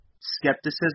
skepticism